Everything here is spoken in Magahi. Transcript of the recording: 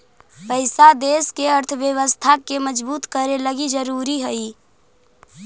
पैसा देश के अर्थव्यवस्था के मजबूत करे लगी ज़रूरी हई